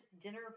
dinner